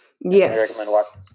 Yes